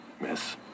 Miss